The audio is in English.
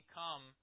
come